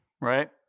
Right